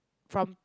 from